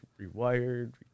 rewired